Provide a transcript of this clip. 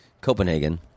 Copenhagen